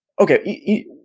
Okay